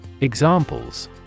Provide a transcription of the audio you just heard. Examples